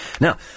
Now